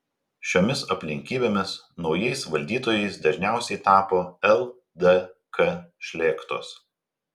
šiomis aplinkybėmis naujais valdytojais dažniausiai tapo ldk šlėktos